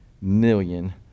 million